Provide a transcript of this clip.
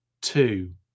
two